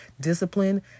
discipline